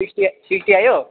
sixty आ sixty आयो